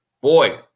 boy